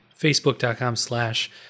Facebook.com/slash